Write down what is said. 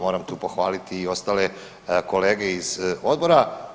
Moram tu pohvaliti i ostale kolege iz Odbora.